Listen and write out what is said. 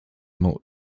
more